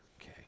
Okay